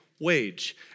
Wage